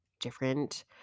different